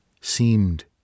seemed